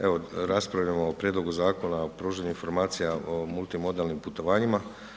Evo raspravljamo o Prijedlogu Zakona o pružanju informacija o multimodalnim putovanjima.